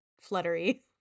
fluttery